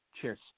Cheers